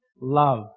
love